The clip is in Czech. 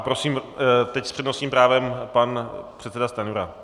Prosím teď s přednostním právem pan předseda Stanjura.